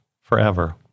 forever